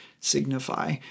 signify